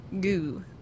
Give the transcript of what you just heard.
goo